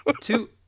Two